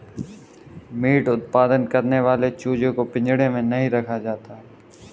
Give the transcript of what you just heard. meet उत्पादन करने वाले चूजे को पिंजड़े में नहीं रखा जाता